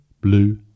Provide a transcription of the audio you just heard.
blue